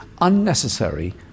unnecessary